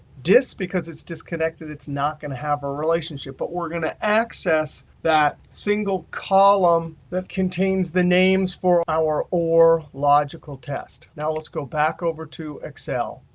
dis, because it's disconnected. it's not going to have a relationship. but we're going to access that single column that contains the names for our or logical test. now let's go back over to excel.